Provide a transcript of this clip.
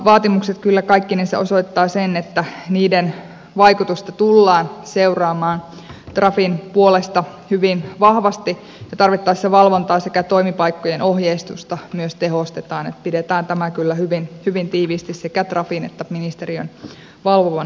vaatimukset kyllä kaikkinensa osoittavat sen että niiden vaikutusta tullaan seuraamaan trafin puolesta hyvin vahvasti ja tarvittaessa valvontaa sekä toimipaikkojen ohjeistusta myös tehostetaan niin että pidetään tämä kyllä hyvin tiiviisti sekä trafin että ministeriön valvovan silmän alla